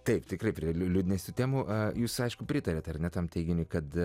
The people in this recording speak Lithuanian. taip tikrai prie liūdnesnių temų ar jūs aišku pritariate ar ne tam teiginiui kad